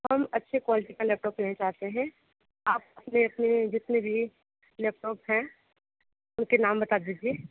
हम अच्छे क्वालिटी का लैपटॉप लेना चाहते हैं आप जैसे जिसमें भी लैपटॉप है उनके नाम बता दीजिए